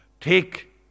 Take